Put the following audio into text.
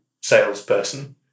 salesperson